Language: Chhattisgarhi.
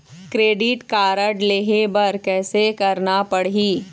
क्रेडिट कारड लेहे बर कैसे करना पड़ही?